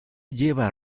lleva